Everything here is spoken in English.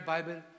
Bible